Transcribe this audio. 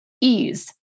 ease